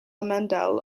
mandal